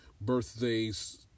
birthdays